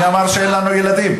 יש לנו ילדים, מי אמר שאין לנו ילדים?